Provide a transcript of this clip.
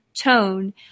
tone